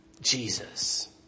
Jesus